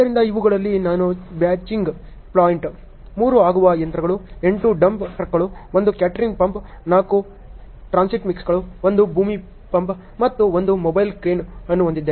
ಆದ್ದರಿಂದ ಇವುಗಳಲ್ಲಿ ನಾನು ಬ್ಯಾಚಿಂಗ್ ಪ್ಲಾಂಟ್ 3 ಅಗೆಯುವ ಯಂತ್ರಗಳು 8 ಡಂಪ್ ಟ್ರಕ್ಗಳು 1 ಕಾಂಕ್ರೀಟ್ ಪಂಪ್ 4 ಟ್ರಾನ್ಸಿಟ್ ಮಿಕ್ಸರ್ಗಳು 1 ಬೂಮ್ ಪಂಪ್ ಮತ್ತು 1 ಮೊಬೈಲ್ ಕ್ರೇನ್ ಅನ್ನು ಹೊಂದಿದ್ದೇನೆ